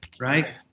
Right